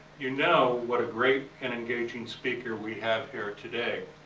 you know what a great and engaging speaker we have here today.